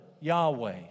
Yahweh